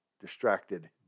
distracted